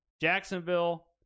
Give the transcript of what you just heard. Jacksonville